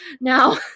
Now